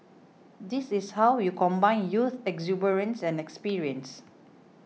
this is how you combine youth exuberance and experience